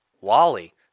Wally